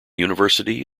university